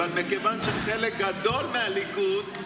אבל מכיוון שחלק גדול מהליכוד,